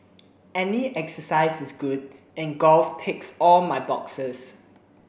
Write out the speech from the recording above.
any exercise is good and golf ticks all my boxes